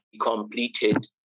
completed